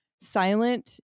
silent